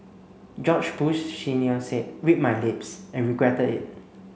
George Bush Senior said 'read my lips' and regretted it